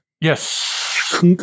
Yes